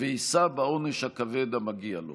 ויישא בעונש הכבד המגיע לו.